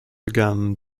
again